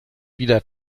wieder